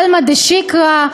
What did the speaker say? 'עלמא דשקרא',